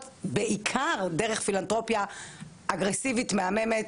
בעיקר דרך פילנתרופיה אגרסיבית מהממת,